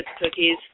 cookies